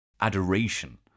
adoration